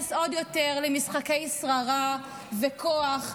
עוד יותר למשחקי שררה וכוח וג'ובים.